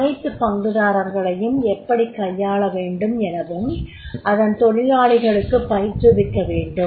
அனைத்து பங்குதாரர்களையும் எப்படிக் கையாளவேண்டும் எனவும் அதன் தொழிலாளிகளுக்குப் பயிற்றுவிக்கவேண்டும்